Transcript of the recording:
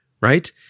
Right